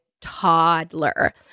toddler